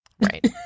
Right